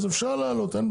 אז אפשר להעלות,